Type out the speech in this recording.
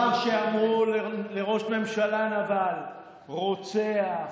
דבר שאמרו לראש ממשלה: "נבל", "רוצח",